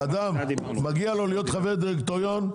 אדם מגיע לו להיות חבר דירקטוריון,